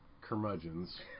curmudgeons